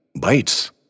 bites